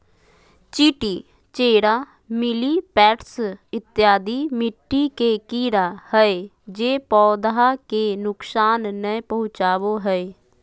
चींटी, चेरा, मिलिपैड्स इत्यादि मिट्टी के कीड़ा हय जे पौधा के नुकसान नय पहुंचाबो हय